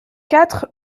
quatre